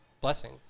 blessing